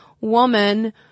woman